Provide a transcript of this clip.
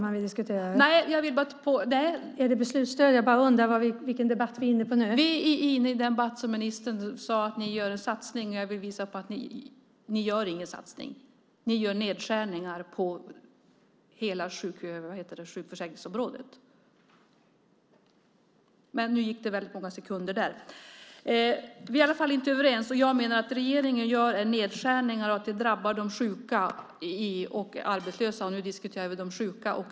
Ministern sade att ni gör en satsning, och jag vill visa att ni inte gör någon satsning. Ni gör nedskärningar på hela sjukförsäkringsområdet. Vi är inte överens. Jag menar att regeringen gör nedskärningar och att det drabbar de sjuka och arbetslösa. Nu diskuterar vi de sjuka.